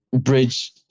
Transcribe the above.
bridge